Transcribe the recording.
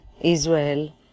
Israel